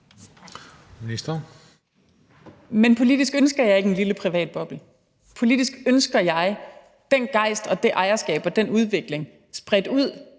Men politisk ønsker jeg ikke en lille privat boble; politisk ønsker jeg den gejst og det ejerskab og den udvikling spredt ud